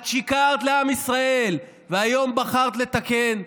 את שיקרת לעם ישראל, והיום בחרת לתקן.